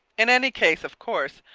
in any case, of course,